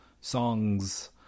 Songs